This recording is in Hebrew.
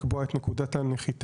לקבוע את נקודת הנחיתה